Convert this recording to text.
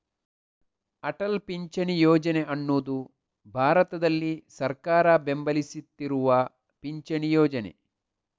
ಅಟಲ್ ಪಿಂಚಣಿ ಯೋಜನೆ ಅನ್ನುದು ಭಾರತದಲ್ಲಿ ಸರ್ಕಾರ ಬೆಂಬಲಿಸ್ತಿರುವ ಪಿಂಚಣಿ ಯೋಜನೆ